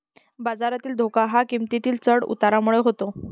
बाजारातील धोका हा किंमतीतील चढ उतारामुळे होतो